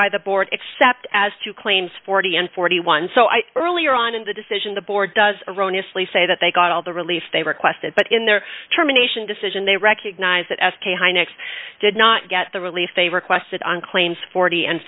by the board except as to claims forty and forty one so i earlier on in the decision the board does erroneous lee say that they got all the relief they requested but in their terminations decision they recognize that s k hynix did not get the relief they requested on claims forty and